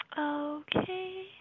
Okay